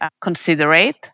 considerate